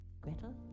Gretel